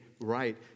right